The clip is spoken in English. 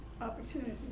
opportunity